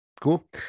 cool